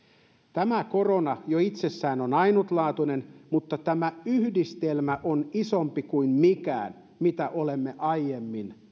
tämä korona jo itsessään on ainutlaatuinen mutta tämä yhdistelmä on isompi kuin mikään mitä olemme aiemmin